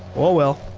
oh well.